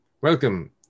Welcome